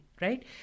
right